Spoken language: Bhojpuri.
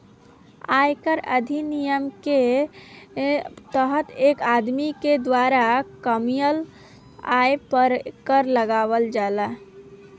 आयकर अधिनियम के तहत एक आदमी के द्वारा कामयिल आय पर कर लगावल जाला